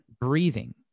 Breathing